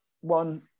one